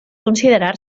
considerar